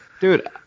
Dude